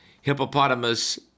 Hippopotamus